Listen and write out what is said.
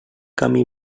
camí